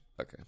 okay